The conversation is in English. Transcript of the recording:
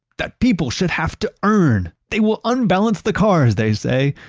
that people should have to earn. they will unbalance the cars, they say.